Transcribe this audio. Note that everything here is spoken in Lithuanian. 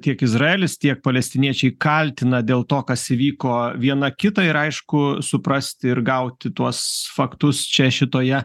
tiek izraelis tiek palestiniečiai kaltina dėl to kas įvyko viena kitą ir aišku suprasti ir gauti tuos faktus čia šitoje